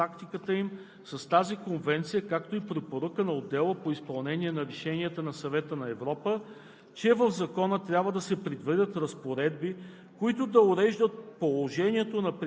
че страните по Конвенцията имат задължение да осигурят съответствието на правото и практиката им с тази Конвенция, както и препоръката на Отдела по изпълнение на решенията към Съвета на Европа,